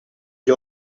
gli